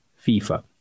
FIFA